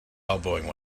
elbowing